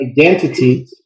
identity